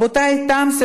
רבותיי,